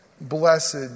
Blessed